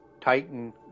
titan